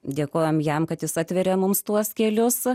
dėkojame jam kad jis atveria mums tuos kelius